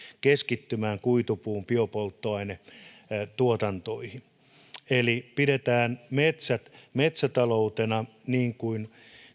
keskittymään kuitupuun biopolttoainetuotantoon pidetään metsät metsätaloutena niin kuin